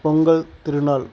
Pongal Thirunal